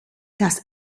das